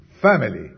family